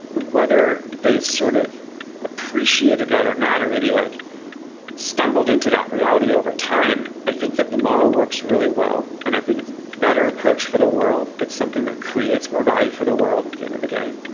whether they sort of appreciated that or not, or maybe like stumbled into that reality over time. i think that the model works really well, and i think it's better approached for the world. it's something that creates more value for the world at the end of the day,